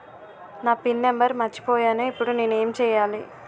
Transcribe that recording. నా pin number మర్చిపోయాను ఇప్పుడు నేను ఎంచేయాలి?